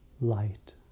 light